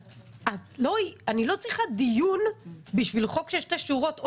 אני לא צריכה עוד דיון בשביל חוק של שתי שורות.